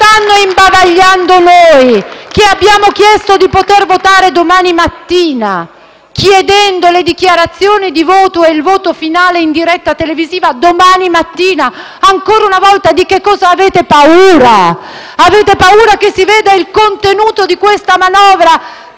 stanno imbavagliando noi, che abbiamo chiesto di poter votare domani mattina, chiedendo le dichiarazioni di voto e il voto finale in diretta televisiva domani mattina. Ancora una volta, di che cosa avete paura? Avete paura che si veda il contenuto di questa manovra,